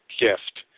gift